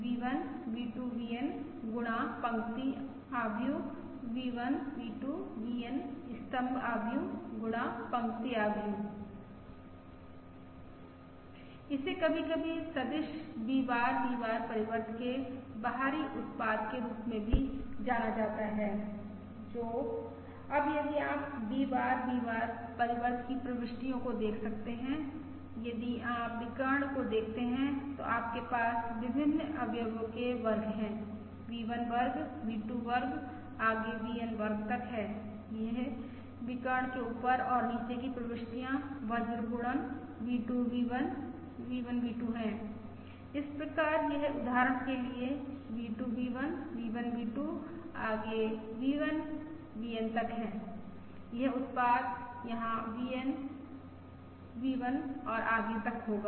V1 V2 VN गुणा पंक्ति आव्यूह V1 V2 VN स्तम्भ आव्यूह गुणा पंक्ति आव्यूह इसे कभी कभी सदिश V बार V बार परिवर्त के बाहरी उत्पाद के रूप में भी जाना जाता है जो अब यदि आप V बार V बार परिवर्त की प्रविष्टियों को देख सकते हैं यदि आप विकर्ण को देखते हैं तो आपके पास विभिन्न अवयवो के वर्ग हैं V1 वर्ग V2 वर्ग आगे VN वर्ग तक हैं ये विकर्ण के ऊपर और नीचे की प्रविष्टियां बज्र गुणन V2 V1 V1 V2 हैं इस प्रकार यह उदाहरण के लिए V2 V1 V1 V2 आगे V1 VN तक यह उत्पाद यहां VN V1 और आगे तक होगा